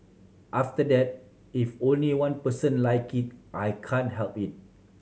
after that if only one person like it I can't help it